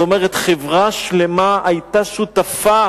זאת אומרת, חברה שלמה היתה שותפה